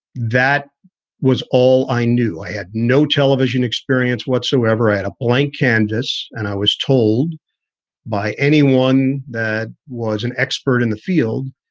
that was all i knew. i had no television experience whatsoever. i had a blank canvas and i was told by anyone that was an expert in the field,